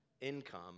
income